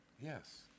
Yes